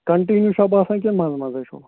continue چھا باسان کِنہٕ منٛزٕ منٛزٕے چھُو